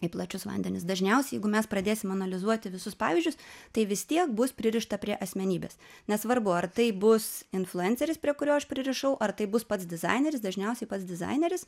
į plačius vandenis dažniausiai jeigu mes pradėsim analizuoti visus pavyzdžius tai vis tiek bus pririšta prie asmenybės nesvarbu ar tai bus influenceris prie kurio aš pririšau ar tai bus pats dizaineris dažniausiai pats dizaineris